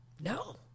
No